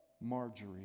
Marjorie